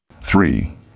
Three